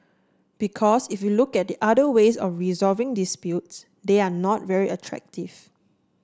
because if you look at the other ways of resolving disputes they are not very attractive